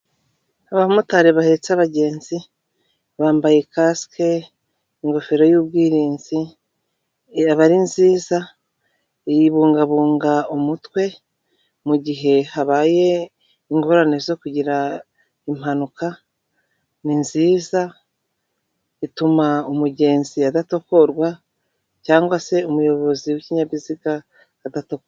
Abamotari bahetse abagenzi bambaye kasike ingofero y'ubwirinzi ira aba ari nziza iyi ibungabunga umutwe mugihe habaye ingorane zo kugira impanuka ninziza ituma umugenzi adatogorwa cg se umuyobozi w'ikinyabiziga adatuje.